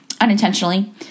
unintentionally